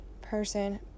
person